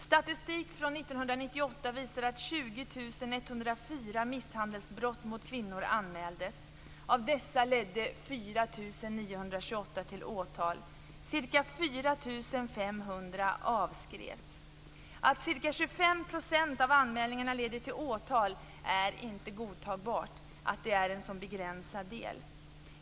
Statistik från 1998 visar att 20 104 misshandelsbrott mot kvinnor anmäldes. Av dessa ledde 4 928 till åtal. Ca 4 500 avskrevs. Det är inte godtagbart att en så begränsad del som ca 25 % av anmälningarna leder till åtal.